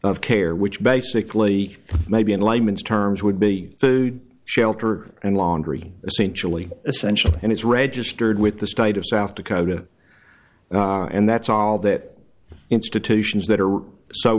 of care which basically maybe in layman's terms would be food shelter and laundry essentially essential and it's registered with the state of south dakota and that's all that institutions that are so